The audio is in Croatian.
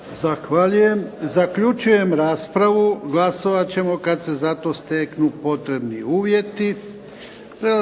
Zahvaljujem. Zaključujem raspravu. Glasovat ćemo kad se za to steknu potrebni uvjeti.